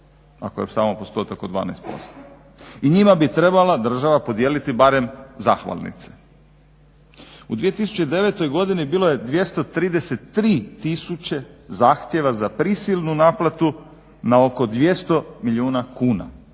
Ako je samo postotak od 12%. I njima bi trebala država podijeliti barem zahvalnice. U 2009. godini bilo je 233000 zahtjeva za prisilnu naplatu na oko 200 milijuna kuna.